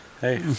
Hey